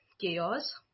chaos